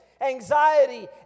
anxiety